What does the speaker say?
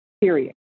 Period